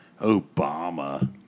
Obama